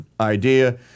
idea